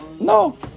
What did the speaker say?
No